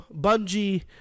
Bungie